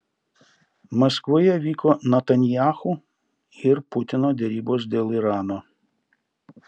maskvoje vyko netanyahu ir putino derybos dėl irano